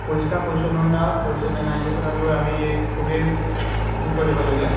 পৰিষ্কাৰ পৰিচ্ছন্নতা হৈছেনে নাই সেই কথাটোলৈ আমি খুবেই গুৰুত্ব দিব লাগে